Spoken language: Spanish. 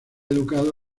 educado